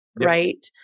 right